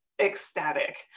ecstatic